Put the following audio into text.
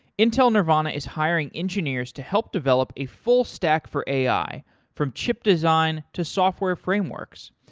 intel nervana is hiring engineers to help develop a full stack for ai from chip design to software frameworks.